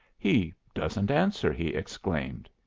he doesn't answer, he exclaimed.